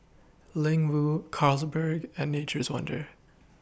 Ling Wu Carlsberg and Nature's Wonders